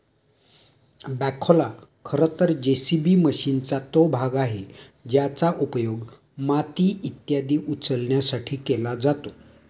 बॅखोला खरं तर जे.सी.बी मशीनचा तो भाग आहे ज्याचा उपयोग माती इत्यादी उचलण्यासाठी केला जातो